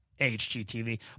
HGTV